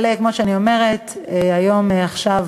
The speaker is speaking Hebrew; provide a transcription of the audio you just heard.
אבל כמו שאני אומרת, היום, עכשיו,